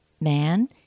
man